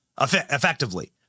effectively